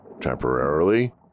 temporarily